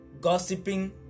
gossiping